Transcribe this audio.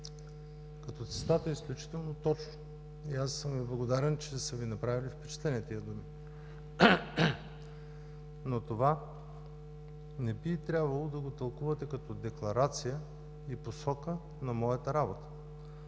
като цитат е изключително точно и аз съм Ви благодарен, че са Ви направили впечатление тези думи. Но това не би трябвало да го тълкувате като декларация и посока на моята работа.